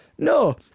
No